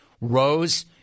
Rose